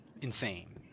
insane